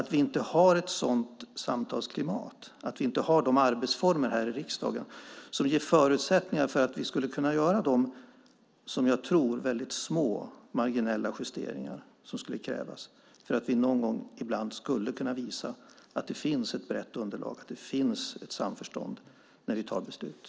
Vi har inte de arbetsformer här i riksdagen som ger förutsättningar för att göra de, som jag tror, marginella justeringar som skulle krävas för att vi någon gång ibland skulle kunna visa att det finns ett brett underlag, att det finns ett samförstånd, när vi fattar beslut.